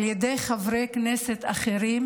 על ידי חברי כנסת אחרים,